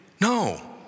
No